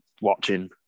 watching